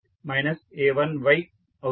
a2sy a1y అవుతుంది